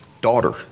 daughter